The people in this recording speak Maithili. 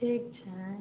ठीक छनि